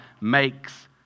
makes